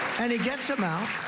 and he gets him out.